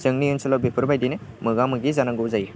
जोंनि ओनसोलाव बेफोरबायदिनो मोगा मोगि जानांगौ जायो